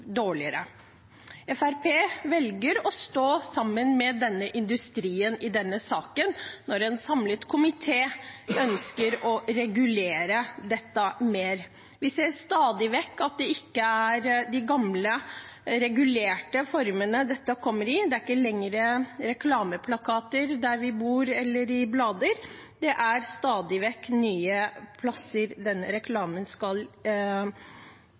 dårligere. Fremskrittspartiet velger å stå sammen med denne industrien i denne saken, når en samlet komité ønsker å regulere dette mer. Vi ser stadig vekk at det ikke er de gamle, regulerte formene dette kommer i – det er ikke lenger på reklameplakater der vi bor, eller i blader – det er stadig nye steder denne reklamen